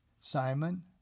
Simon